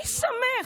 מי שמך?